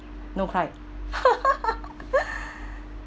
no cry